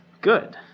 Good